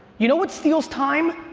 you know what steals time?